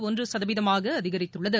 ஒன்று சதவீதமாக அதிகரித்துள்ளது